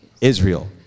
Israel